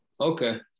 Okay